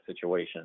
situation